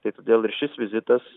tai todėl ir šis vizitas